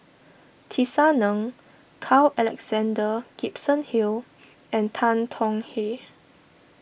Tisa Ng Carl Alexander Gibson Hill and Tan Tong Hye